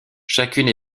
chacune